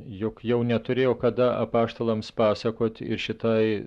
juk jau neturėjo kada apaštalams pasakoti ir šitai